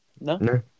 No